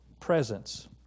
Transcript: presence